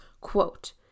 quote